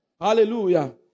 Hallelujah